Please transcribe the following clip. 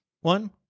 one